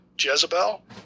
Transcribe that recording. Jezebel